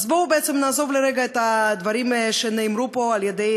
אז בואו בעצם נעזוב לרגע את הדברים שנאמרו פה על-ידי